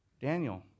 Daniel